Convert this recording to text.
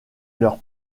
leur